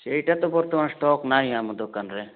ସେଇଟା ତ ବର୍ତ୍ତମାନ ଷ୍ଟକ୍ ନାହିଁ ଆମ ଦୋକାନରେ